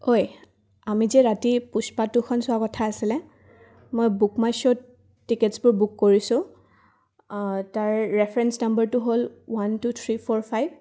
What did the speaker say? ওই আমি যে ৰাতি পুষ্পা টুখন চোৱা কথা আছিলে মই বুক মাই শ্ব'ত টিকেটছবোৰ বুক কৰিছোঁ তাৰ ৰেফাৰেঞ্চ নম্বৰটো হ' ল one two three four five